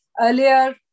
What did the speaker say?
earlier